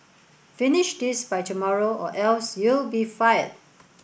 finish this by tomorrow or else you'll be fired